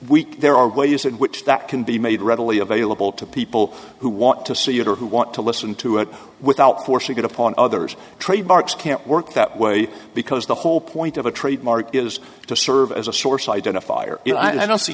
weak there are ways in which that can be made readily available to people who want to see it or who want to listen to it without forcing it upon others trademarks can't work that way because the whole point of a trademark is to serve as a source identifier you know i don't see